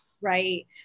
right